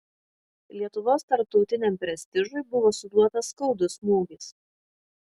lietuvos tarptautiniam prestižui buvo suduotas skaudus smūgis